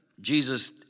Jesus